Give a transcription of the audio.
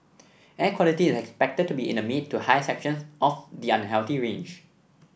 air quality is expected to be in the mid to high sections of the unhealthy range